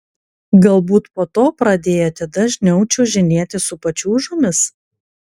galbūt po to pradėjote dažniau čiuožinėti su pačiūžomis